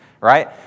Right